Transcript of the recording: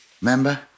Remember